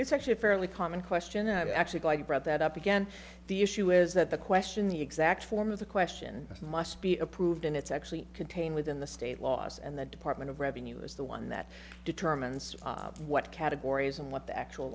it's actually fairly common question and i'm actually glad you brought that up again the issue is that the question the exact form of the question that must be approved and it's actually contained within the state laws and the department of revenue is the one that determines what categories and what the actual